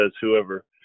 whoever